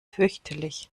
fürchterlich